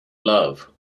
love